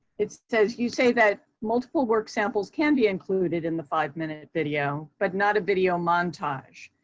it says, you say that multiple work samples can be included in the five minute video, but not a video montage.